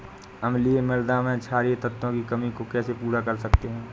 अम्लीय मृदा में क्षारीए तत्वों की कमी को कैसे पूरा कर सकते हैं?